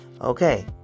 Okay